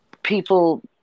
people